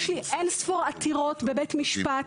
יש לי אין-ספור עתירות בבית המשפט,